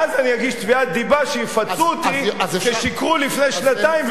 ואז אני אגיש תביעת דיבה שיפצו אותי כי שיקרו לפני שנתיים ופשטתי רגל.